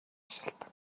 шалтаг